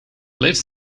lives